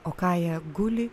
o kaija guli